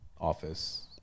Office